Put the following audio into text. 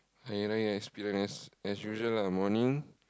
Hari Raya experience as usual lah morning